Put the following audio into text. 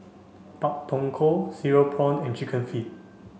Pak Thong Ko Cereal Prawn and chicken feet